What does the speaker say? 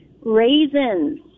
Raisins